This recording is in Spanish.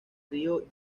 río